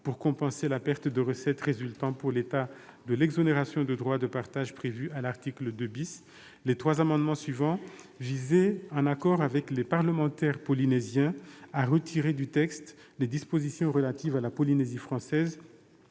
pour compenser la perte de recettes résultant pour l'État de l'exonération de droit de partage prévue à l'article 2 . Les trois amendements suivants visaient, en accord avec les parlementaires polynésiens, à retirer du texte les dispositions relatives à la Polynésie française,